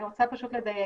אני רוצה לדייק,